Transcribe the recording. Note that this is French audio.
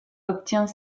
obtient